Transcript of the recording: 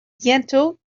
bientôt